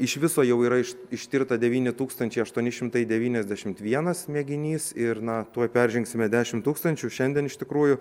iš viso jau yra ištirta devyni tūkstančiai aštuoni šimtai devyniasdešimt vienas mėginys ir na tuoj peržengsime dešim tūkstančių šiandien iš tikrųjų